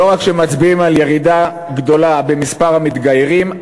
מצביעים לא רק על ירידה גדולה במספר המתגיירים,